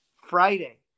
Friday